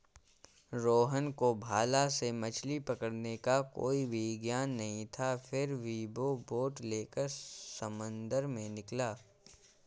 रोहन को भाला से मछली पकड़ने का कोई भी ज्ञान नहीं था फिर भी वो बोट लेकर समंदर में निकला